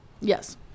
Yes